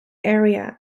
area